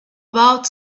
about